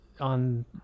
on